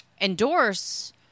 endorse